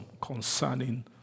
concerning